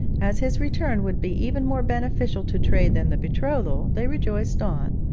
as his return would be even more beneficial to trade than the betrothal, they rejoiced on,